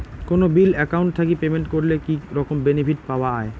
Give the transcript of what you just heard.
কোনো bill account থাকি payment করলে কি রকম বেনিফিট পাওয়া য়ায়?